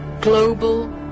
global